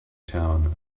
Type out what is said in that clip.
town